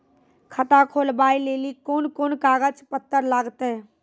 खाता खोलबाबय लेली कोंन कोंन कागज पत्तर लगतै?